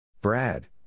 Brad